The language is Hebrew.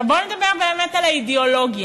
עכשיו, בוא נדבר באמת על האידיאולוגיה.